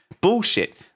bullshit